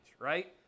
right